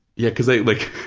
yeah, because i like,